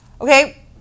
Okay